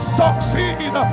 succeed